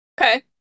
Okay